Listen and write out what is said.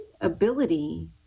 ability